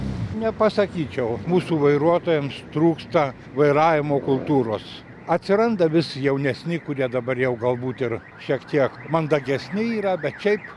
nepasakyčiau mūsų vairuotojams trūksta vairavimo kultūros atsiranda vis jaunesni kurie dabar jau gal būt ir šiek tiek mandagesni yra bet šiaip